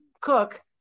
cook